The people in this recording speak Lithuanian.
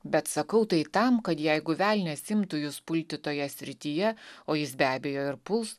bet sakau tai tam kad jeigu velnias imtų jus pulti toje srityje o jis be abejo ir puls